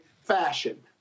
fashion